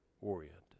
oriented